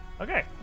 Okay